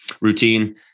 routine